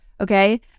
Okay